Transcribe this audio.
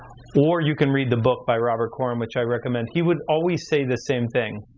or you can read the book by robert coram which i recommend. he would always say the same thing,